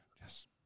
Yes